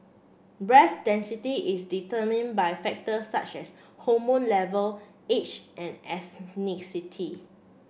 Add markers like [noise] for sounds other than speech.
breast density is determined by factors such as hormone level age and [unintelligible]